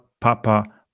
Papa